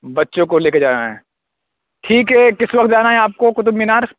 بچوں کو لے کے جانا ہے ٹھیک ہے کس وقت جانا ہے آپ کو قطب مینار